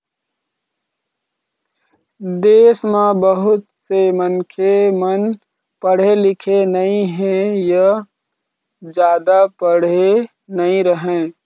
देश म बहुत से मनखे मन पढ़े लिखे नइ हे य जादा पढ़े नइ रहँय